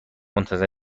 منتظر